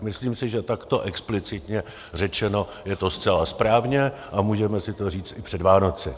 Myslím si, že takto explicitně řečeno je to zcela správně a můžeme si to říct i před Vánoci.